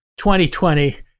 2020